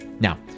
Now